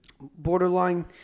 borderline